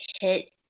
hit